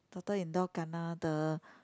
the daughter in law kena the